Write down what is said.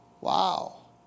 Wow